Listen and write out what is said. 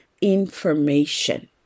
information